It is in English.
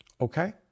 Okay